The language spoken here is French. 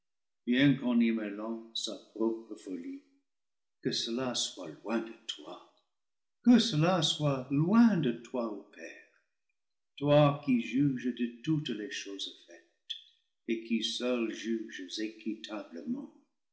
sa propre folie que cela soit loin de toi que cela soit loin de toi ô père toi qui juges de toutes les choses faites et qui seul juges